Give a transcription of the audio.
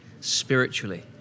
spiritually